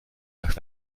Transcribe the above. nach